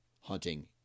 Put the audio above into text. hunting